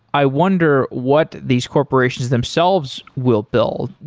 i wonder what these corporations themselves will build.